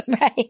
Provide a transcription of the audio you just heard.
Right